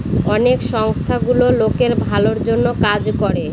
অনেক সংস্থা গুলো লোকের ভালোর জন্য কাজ করে